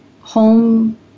home